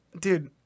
dude